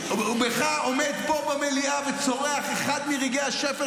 עומד פה במליאה וצורח: "אחד מרגעי השפל